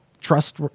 Trust